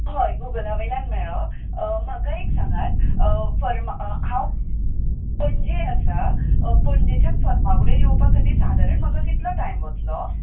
हय गूगला वयल्यान मेळ्ळो म्हाका एक सांगात फर्मा हांव पणजे आसा पणजेंच्यान फार्मागुडयेर येवपा खातीर सादारण म्हाका कितलो टायम वतलो